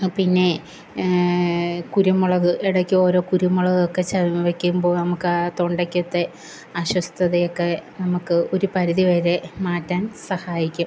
പിന്നെ കുരുമുളക് ഇടയ്ക്ക് ഓരോ കുരുമുളകൊക്കെ ചേർന്ന് വെയ്ക്കുമ്പോൾ നമുക്കാ തൊണ്ടക്കത്തെ അസ്വസ്ഥതയൊക്കെ നമുക്ക് ഒരു പരിധി വരെ മാറ്റാൻ സഹായിക്കും